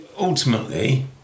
ultimately